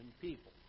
people